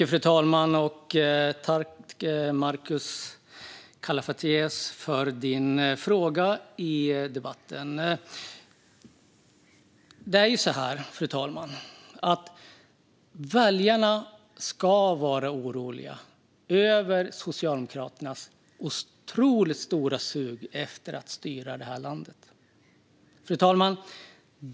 Fru talman! Tack, Markus Kallifatides, för din fråga i debatten! Väljarna ska vara oroliga över Socialdemokraternas otroligt stora sug efter att styra detta land.